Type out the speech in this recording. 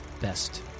best